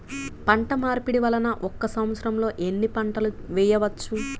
పంటమార్పిడి వలన ఒక్క సంవత్సరంలో ఎన్ని పంటలు వేయవచ్చు?